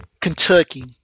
Kentucky